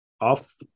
off